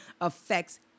affects